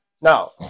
Now